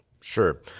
Sure